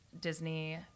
Disney